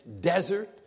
desert